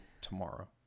tomorrow